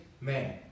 man